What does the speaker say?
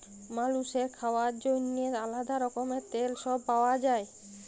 মালুসের খাওয়ার জন্যেহে আলাদা রকমের তেল সব পাওয়া যায়